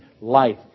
life